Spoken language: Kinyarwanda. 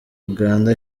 uganda